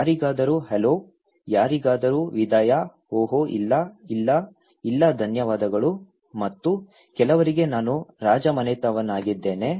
ಯಾರಿಗಾದರೂ ಹಲೋ ಯಾರಿಗಾದರೂ ವಿದಾಯ ಓಹ್ ಇಲ್ಲ ಇಲ್ಲ ಇಲ್ಲ ಧನ್ಯವಾದಗಳು ಮತ್ತು ಕೆಲವರಿಗೆ ನಾನು ರಾಜಮನೆತನದವನಾಗಿದ್ದೇನೆ